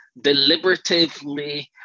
deliberatively